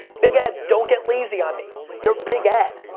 big ed, don't get lazy on me. you're big ed.